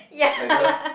like the